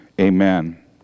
Amen